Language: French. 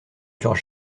dure